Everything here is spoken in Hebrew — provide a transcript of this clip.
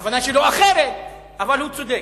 הכוונה שלו אחרת, אבל הוא צודק.